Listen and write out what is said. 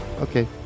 Okay